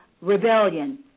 rebellion